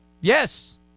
Yes